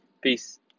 peace